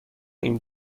این